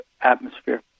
atmosphere